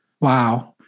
wow